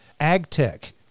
Agtech